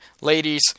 Ladies